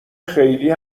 خیلی